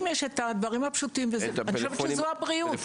יש את הדברים הפשוטים ואני חושבת שזאת הבריאות.